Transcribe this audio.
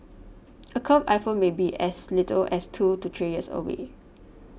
a curved iPhone may be as little as two to three years away